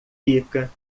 fica